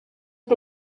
que